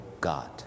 God